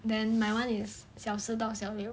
then my [one] is 小四到小六